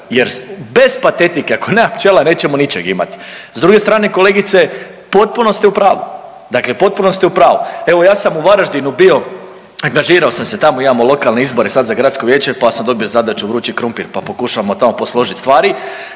jer bez patetike ako nema pčela nećemo ničeg imati. S druge strane kolegice potpuno ste u pravu, dakle potpuno ste u pravu. Evo ja sam u Varaždinu bio, angažirao sam se tamo imao lokalne izbore sad za gradsko vijeće pa sam dobio zadaću, vrući krumpir pa pokušavamo tamo posložit stvari,